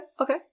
okay